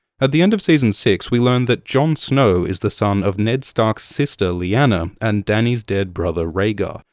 at the end of season six, we learn that jon snow is the son of ned stark's sister lyanna and dany's dead brother rhaegar,